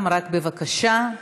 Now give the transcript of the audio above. רק בבקשה,